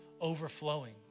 overflowing